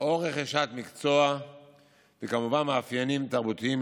או רכישת מקצוע וכמובן מאפיינים תרבותיים,